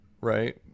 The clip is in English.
Right